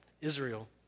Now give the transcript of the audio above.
Israel